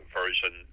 version